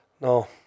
No